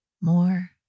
more